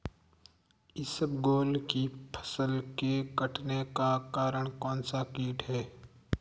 इसबगोल की फसल के कटने का कारण कौनसा कीट है?